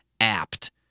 apt